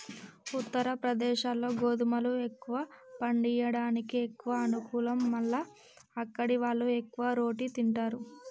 ఉత్తరప్రదేశ్లో గోధుమలు ఎక్కువ పండియడానికి ఎక్కువ అనుకూలం మల్ల అక్కడివాళ్లు ఎక్కువ రోటి తింటారు